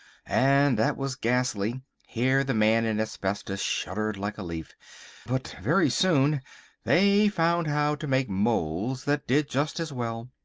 and that was ghastly here the man in asbestos shuddered like a leaf but very soon they found how to make moulds that did just as well.